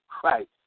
Christ